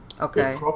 Okay